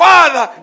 Father